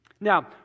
Now